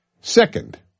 Second